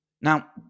now